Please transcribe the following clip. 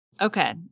Okay